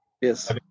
Yes